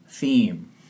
theme